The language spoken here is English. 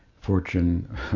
fortune